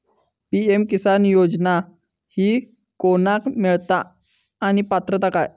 PM Kisan योजना ही कोणाक मिळता आणि पात्रता काय?